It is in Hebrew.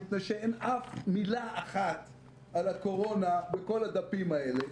מפני שאין אף מילה אחת על הקורונה בכל הדפים האלה.